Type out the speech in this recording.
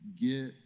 get